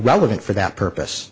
relevant for that purpose